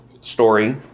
story